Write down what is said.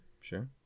Sure